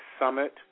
summit